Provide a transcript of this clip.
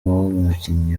umukinnyi